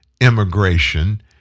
immigration